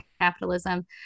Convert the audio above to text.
capitalism